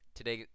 Today